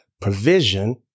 provision